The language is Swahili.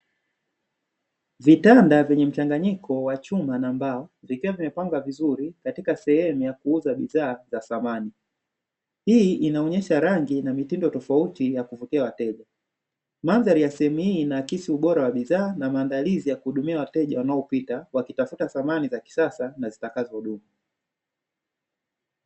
Vitanda vyenye mchanganyiko wa chuma na mbao, vikiwa vimepangwa vizuri katika sehemu ya kuuza bidhaa za samani. Hii inaonyesha rangi na mitindo tofauti ya kuvutia wateja. Mandhari ya sehemu hii inaakisi ubora wa bidhaa, na maandalizi ya kuhudumia wateja wanaopita wakitafuta samani za kisasa na zitakazo dumu.